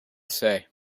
say